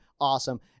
Awesome